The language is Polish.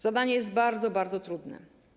Zadanie jest bardzo, bardzo trudne.